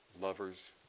lovers